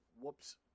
Whoops